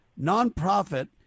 nonprofit